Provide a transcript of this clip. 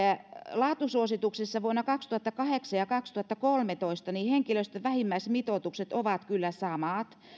laatusuosituksissa vuonna kaksituhattakahdeksan ja kaksituhattakolmetoista henkilöstön vähimmäismitoitukset ovat kyllä samat